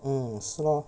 mm 是 lor